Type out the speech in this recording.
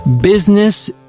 Business